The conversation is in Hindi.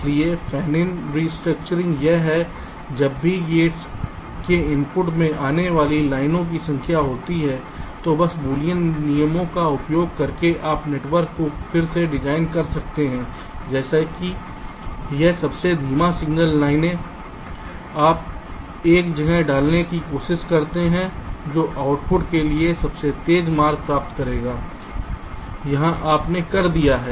इसलिए फैनिन रिस्ट्रक्चरिंग यह है जब भी गेट्स के इनपुट के आने वाली लाइनों की संख्या होती है तो बस बूलियन नियमों का उपयोग करके आप नेटवर्क को फिर से डिज़ाइन कर सकते हैं जैसे कि यह सबसे धीमी सिग्नल लाइनें आप एक जगह डालने की कोशिश करते हैं जो आउटपुट के लिए सबसे तेज़ मार्ग प्राप्त करेगा यहाँ आप ने कर दिया है